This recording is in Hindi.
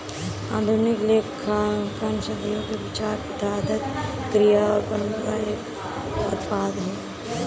आधुनिक लेखांकन सदियों के विचार, प्रथा, आदत, क्रिया और परंपरा का एक उत्पाद है